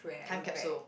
time capsule